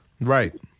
Right